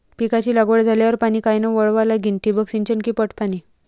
पिकाची लागवड झाल्यावर पाणी कायनं वळवा लागीन? ठिबक सिंचन की पट पाणी?